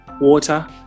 water